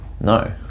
No